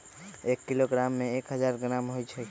एक किलोग्राम में एक हजार ग्राम होई छई